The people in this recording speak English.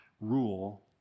rule